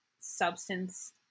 substance